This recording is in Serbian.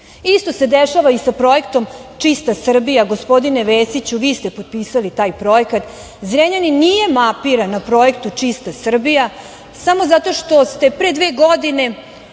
se dešava i sa Projektom „Čista Srbija“. Gospodine Vesiću, vi ste potpisali taj projekat. Zrenjanin nije mapiran na Projektu „Čista Srbija“ samo zato što ste pre dve godine